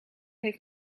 heeft